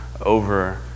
over